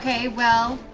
well,